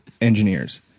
engineers